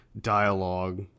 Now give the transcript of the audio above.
dialogue